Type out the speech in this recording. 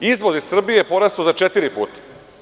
Izvoz iz Srbije je porastao za četiri puta.